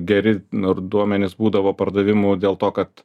geri nor duomenys būdavo pardavimų dėl to kad